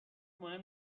مهم